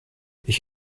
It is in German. ich